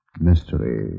mystery